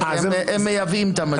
הם מייבאים את המדים.